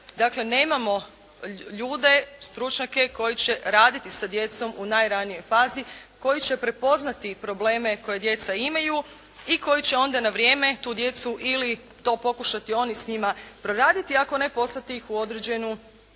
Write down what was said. nemamo ljude, stručnjake koji će raditi sa djecom u najranijoj fazi, koji će prepoznati probleme koje djeca imaju i koji će onda na vrijeme tu djecu ili to pokušati oni s njima proraditi, ako ne poslati ih u određenu